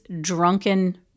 drunken